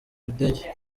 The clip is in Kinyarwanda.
ndege